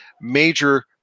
major